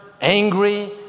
angry